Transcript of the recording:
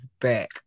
back